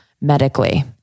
medically